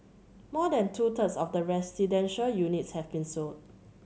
more than two thirds of the residential units have been sold